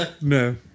no